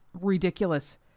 ridiculous